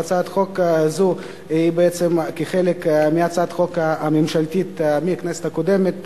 הצעת החוק הזו היא בעצם חלק מהצעת החוק הממשלתית מהכנסת הקודמת,